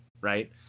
right